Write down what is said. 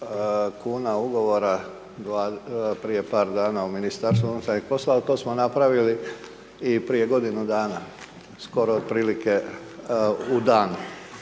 kn ugovora prije par dana u Ministarstvu unutarnjih poslova ali to smo napravili i prije godinu dana, skoro otprilike u danu.